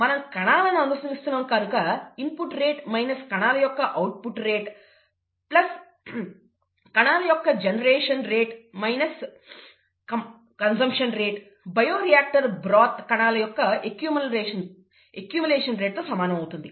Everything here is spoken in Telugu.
మనం కణాలను అనుసరిస్తున్నాం కనుక ఇన్పుట్ రేట్ మైనస్ కణాల యొక్క ఔట్పుట్ రేట్ ప్లస్ కణాల యొక్క generation rate minus consumption rate bioreactor broth కణాల యొక్క అక్యూమలేషన్ రేట్ తో సమానం అవుతుంది